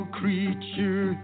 creature